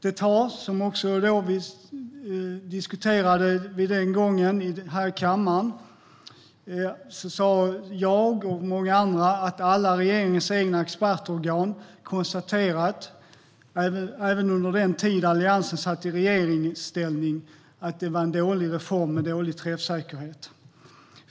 När vi diskuterade detta den gången i kammaren sa jag och många andra att alla regeringens egna expertorgan konstaterat, även under den tid Alliansen satt i regeringsställning, att det var en dålig reform med dålig träffsäkerhet.